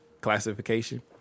classification